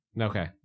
Okay